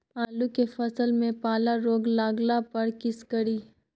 आलू के फसल मे पाला रोग लागला पर कीशकरि?